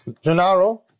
Gennaro